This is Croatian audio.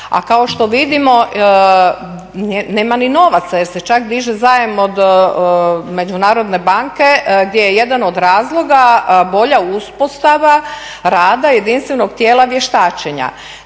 a kao što vidimo, nema ni novaca jer se čak diže zajam od međunarodne banke gdje je jedan od razloga bolja uspostava rada jedinstvenog tijela vještačenja.